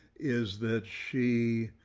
is that she,